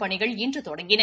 பணிகள் இன்று தொடங்கின